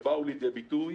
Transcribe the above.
הן באו לידי ביטוי